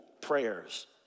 prayers